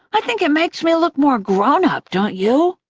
i think it makes me look more grown-up, don't you?